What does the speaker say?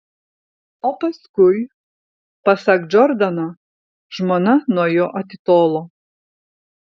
o paskui pasak džordano žmona nuo jo atitolo